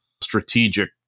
strategic